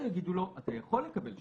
שיגידו לו אתה יכול לקבל שירות,